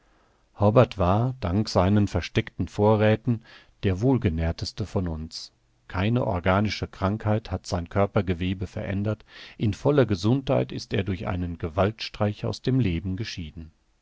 hobbart war dank seinen versteckten vorräthen der wohlgenährteste von uns keine organische krankheit hat sein körpergewebe verändert in voller gesundheit ist er durch einen gewaltstreich aus dem leben geschieden